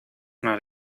not